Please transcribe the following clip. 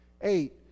eight